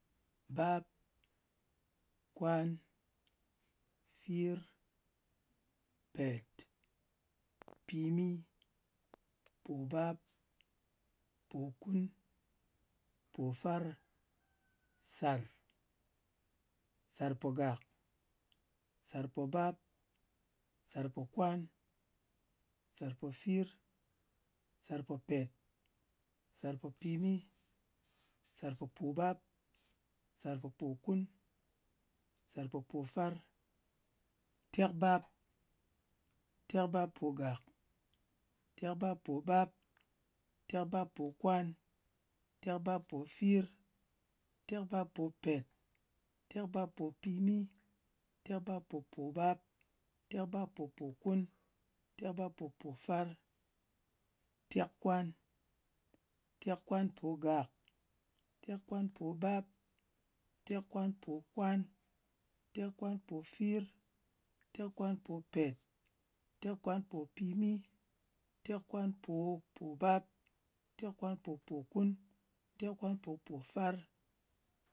Ɓap, kwan, fir, pet, pimi, pòbap, pòkun, pòfar, sar, sarpogak, sarpobap. sarpokwan, sarpofir, sarpopet, sarpopimi, sarpopobap, sarpopokun, sarpopofar, tekbap. Tekbappogak, tekbappobap, tekpappokwan, tekbapofir, tekbappopet, tekbappopimi, tekpabpopobap, tekbappopokun, tekbappopofar, tekkwan. Tekkwanpogak, tekkwanpobap, tekkwanpokwan, tekkwanpofir, tekkwanpopet, tekkwanpopimi, tekkwanpopobap, tekkwanpopokun, tekkwanpopofar,